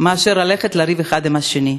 מאשר ללכת ולריב אחד עם השני.